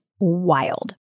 wild